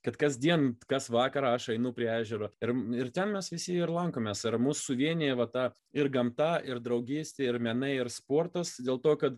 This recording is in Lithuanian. kad kasdien kas vakarą aš einu prie ežero ir ir ten mes visi ir lankomės ir mus suvienija vat ta ir gamta ir draugystė ir menai ir sportas dėl to kad